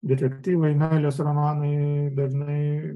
detektyvai meilės romanai dažnai